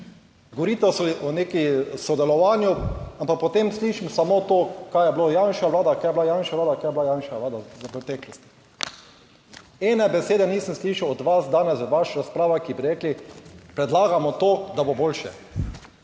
Govorite o nekem sodelovanju, ampak potem slišim samo to, kaj je bila Janševa vlada, kaj je bila Janševa, kaj je bila Janševa v preteklosti. Ene besede nisem slišal od vas danes v vaših razpravah, ki bi rekli, predlagamo to, da bo boljše.